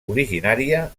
originària